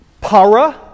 para